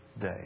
day